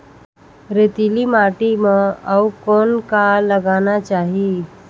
रेतीली माटी म अउ कौन का लगाना चाही?